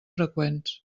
freqüents